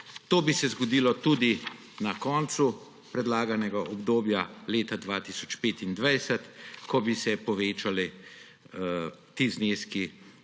To bi se zgodilo tudi na koncu predlaganega obdobja leta 2025, ko bi se povečali ti zneski